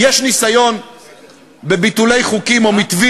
שיבחר איזו הסתה הוא